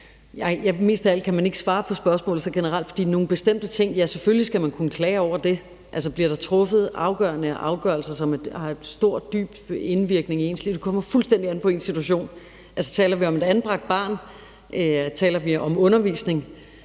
at man grundlæggende kan svare på spørgsmålet så generelt. Men selvfølgelig skal man kunne klage. Bliver der truffet afgørende afgørelser, som har stor indvirkning på ens liv, kommer det fuldstændig an på ens situation. Taler vi om et anbragt barn, taler vi om undervisning,